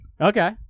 Okay